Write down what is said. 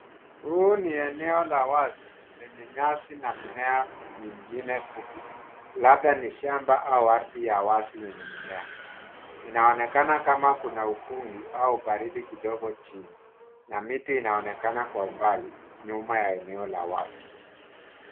Huu ni eneo la wazi lenye nyasi na mimea mingine fupi labda ni shamba au ardhi ya wazi yenye mimea . Inaonekana kama kuna ukungu au baridi kidogo chini na miti inaonekana kwa umbali nyuma ya eneo la wazi.